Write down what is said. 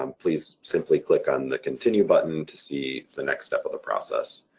um please simply click on the continue button to see the next step of the process.